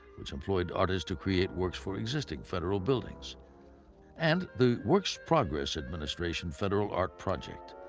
which employed artists to create works for existing federal buildings and the works progress administration federal art project,